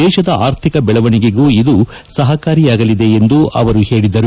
ದೇಶದ ಆರ್ಥಿಕ ಬೆಳವಣಿಗೆಗೂ ಇದು ಸಹಕಾರಿಯಾಗಲಿದೆ ಎಂದು ಅವರು ಹೇಳಿದರು